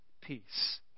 peace